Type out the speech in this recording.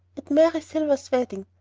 at mary silver's wedding!